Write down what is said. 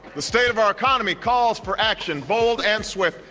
the state of our economy calls for action, bold and swift,